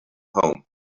home